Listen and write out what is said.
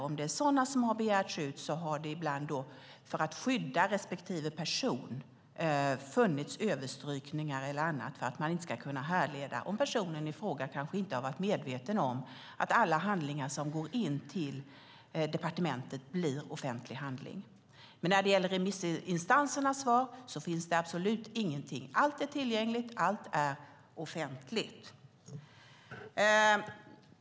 Om det är sådana som har begärts ut har det ibland, för att skydda respektive person, funnits överstrykningar eller annat för att man inte ska kunna härleda dem. Personen i fråga har kanske inte varit medveten om att alla handlingar som kommer in till departementet blir offentlig handling. Men när det gäller remissinstansernas svar finns det absolut ingenting sådant. Allt är tillgängligt. Allt är offentligt.